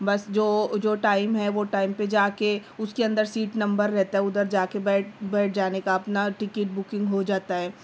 بس جو جو ٹائم ہے وہ ٹائم پہ جا کے اس کے اندر سیٹ نمبر رہتا ہے ادھر جا کے بیٹھ بیٹھ جانے کا اپنا ٹکٹ بکنگ ہو جاتا ہے